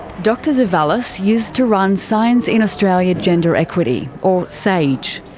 dr zevallos used to run science in australia gender equity or sage.